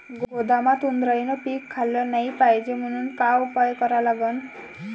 गोदामात उंदरायनं पीक खाल्लं नाही पायजे म्हनून का उपाय करा लागन?